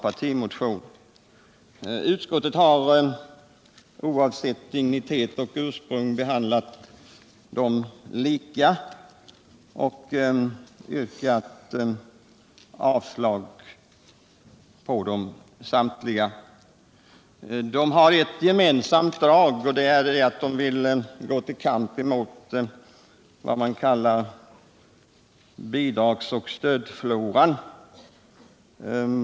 Motionerna har ett gemensamt drag, och det är att motionärerna vill gå till kamp mot vad man kallar bidrags och stödfloran.